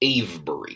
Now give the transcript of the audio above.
Avebury